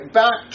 back